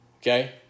okay